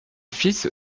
fils